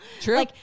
true